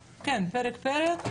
פרק-פרק,